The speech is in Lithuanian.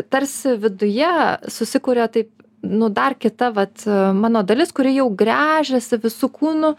tarsi viduje susikuria taip nu dar kita vat mano dalis kuri jau gręžiasi visu kūnu